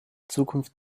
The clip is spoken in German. zukunft